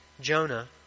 Jonah